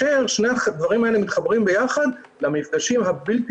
שני הדברים האלה מתחברים ביחד למפגשים הבלתי